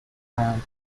and